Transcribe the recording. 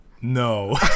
No